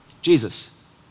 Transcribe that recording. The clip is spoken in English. Jesus